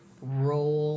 Roll